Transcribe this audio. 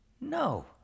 No